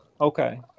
Okay